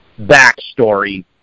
backstory